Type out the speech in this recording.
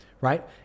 right